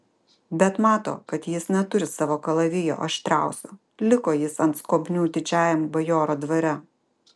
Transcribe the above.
bet mato kad jis neturi savo kalavijo aštriausio liko jis ant skobnių didžiajam bajoro dvare